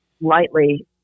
lightly